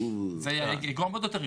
זה יגרום עוד יותר עיכוב.